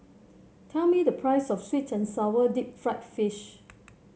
tell me the price of sweet and sour Deep Fried Fish